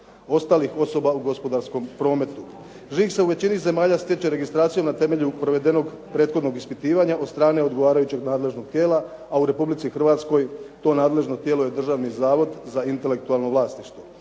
ostalih osoba u gospodarskom prometu. Žig se u većini zemalja stječe registracijom na temelju provedenog prethodnog ispitivanja od strane odgovarajućeg nadležnog tijela, a u Republici Hrvatskoj to nadležno tijelo je Državni zavod za intelektualno vlasništvo.